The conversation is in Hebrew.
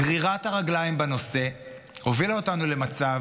גרירת הרגליים בנושא הובילה אותנו למצב